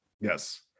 Yes